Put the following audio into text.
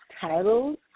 titles